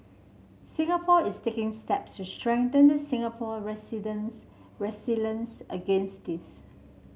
Singapore is taking steps to strengthen the Singapore residents resilience against this